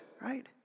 Right